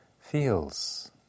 feels